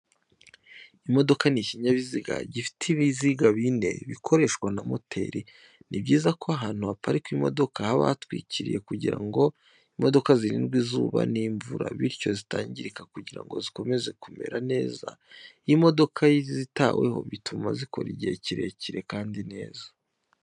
Imodoka ni ikinyabiziga gifite ibiziga bine bikoreshwa na moteri, ni byiza ko ahantu haparikwa imodoka haba hatwikiriye kugira ngo imodoka zirindwe izuba n'imvura, bityo zitangirika kugirango zikomeze kumera neza. Iyo imodoka zitaweho bituma zikora igihe kirekire kandi neza.